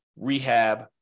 rehab